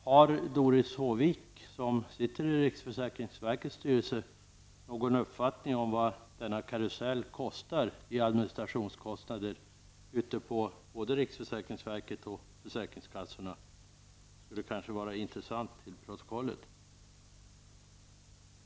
Har Doris Håvik, som sitter i riksförsäkringsverkets styrelse, någon uppfattning om vad denna karusell kostar i administrationskostnader både på riksförsäkringsverket och på försäkringskassorna? Det skulle vara intressant att få med det i protokollet.